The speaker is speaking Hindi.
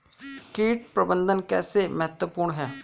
कीट प्रबंधन कैसे महत्वपूर्ण है?